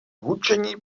hučení